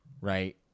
right